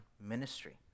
ministry